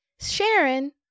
Sharon